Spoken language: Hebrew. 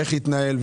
איך יתנהל.